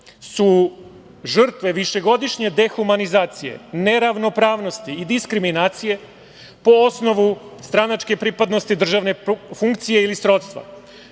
su žrtve višegodišnje dehumanizacije, neravnopravnosti i diskriminacije po osnovu stranačke pripadnosti, državne funkcije ili srodstva.